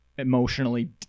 emotionally